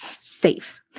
safe